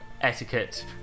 etiquette